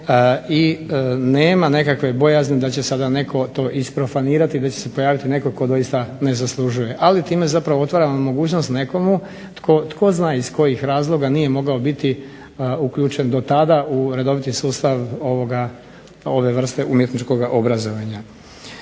i nema nekakve bojazni da će sada netko to isprofanirati i da će se pojaviti netko tko doista ne zaslužuje. Ali time zapravo otvaramo mogućnost nekomu tko ko zna iz kojih razloga nije mogao biti uključen dotada u redoviti sustav ove vrste umjetničkoga obrazovanja.